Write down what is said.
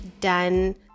done